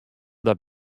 dat